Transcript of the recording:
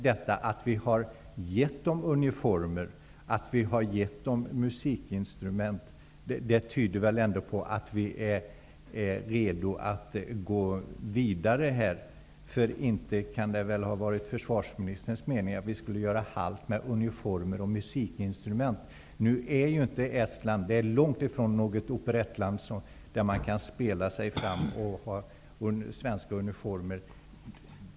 Detta med att vi har överlämnat uniformer och musikinstrument tyder väl ändå på att vi är redo att gå vidare här, för det kan väl inte ha varit försvarsministerns mening att vi skulle så att säga göra halt med uniformerna och musikinstrumenten. I och för sig är Estland långt ifrån ett operettland, där man kan spela sig fram och bära svenska uniformer.